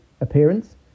Appearance